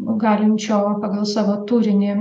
nu galinčio o pagal savo turinį